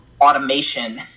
automation